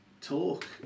talk